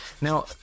Now